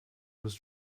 was